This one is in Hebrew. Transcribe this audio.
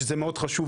שזה מאוד חשוב,